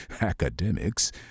Academics